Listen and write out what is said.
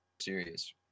Serious